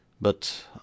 but